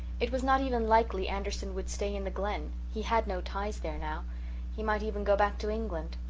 it was not even likely anderson would stay in the glen he had no ties there now he might even go back to england.